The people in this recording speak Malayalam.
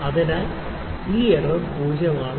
അതിനാൽ ഈ എറർ 0 ആണ്